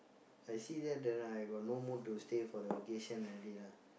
I see there then I got no mood to stay for the vacation already lah